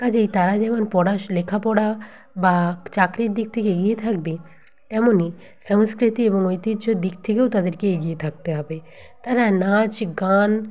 কাজেই তারা যেমন পড়াশ্ লেখা পড়া বা চাকরির দিক থেকে এগিয়ে থাকবে তেমনি সাংস্কৃতি এবং ঐতিহ্যর দিক থেকেও তাদেরকে এগিয়ে থাকতে হবে তারা নাচ গান